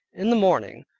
in the morning,